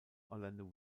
orlando